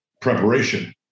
preparation